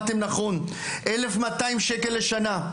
1,200 שקל בשנה.